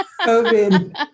COVID